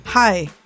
Hi